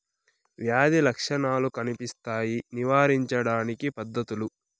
వ్యాధి లక్షణాలు కనిపిస్తాయి నివారించడానికి పద్ధతులు?